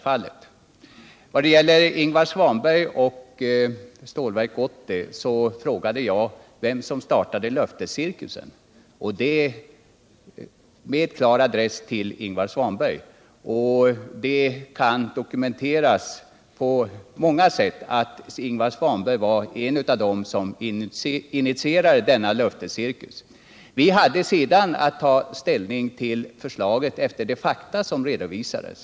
Vad sedan gäller Stålverk 80 frågade jag vem som startade löftescirkusen, och det gjorde jag med en klar adress till Ingvar Svanberg. Det kan nämligen på många sätt dokumenteras att Ingvar Svanberg var en av dem som initierade denna löftescirkus. Vi andra hade sedan att ta ställning till förslaget på basis av de fakta som redovisades.